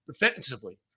defensively